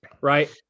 right